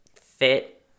fit